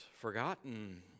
forgotten